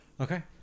okay